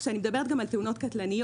אני מדברת גם על תאונות קטלניות,